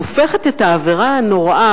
הופכת את העבירה הנוראה,